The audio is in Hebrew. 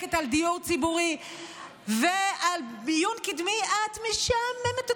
שנאבקת על דיור ציבורי ועל מיון קדמי: את משעממת אותי.